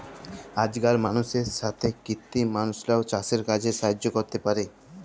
আজকাল মালুষের সাথ কৃত্রিম মালুষরাও চাসের কাজে সাহায্য ক্যরতে পারে